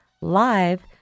live